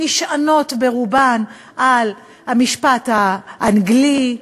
נשענות ברובן על המשפט האנגלי,